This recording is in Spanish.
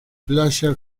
playas